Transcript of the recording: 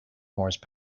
horse